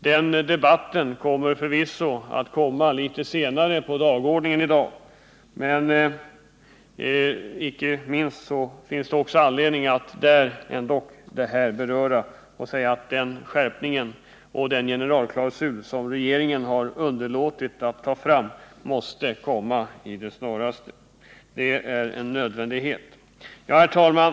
Den debatten kommer förvisso litet senare i dag, men icke desto mindre finns det anledning att också här beröra denna fråga och säga att den skärpning och den generalklausul, som regeringen har underlåtit att ta fram, måste komma med det snaraste. Det är en nödvändighet. Herr talman!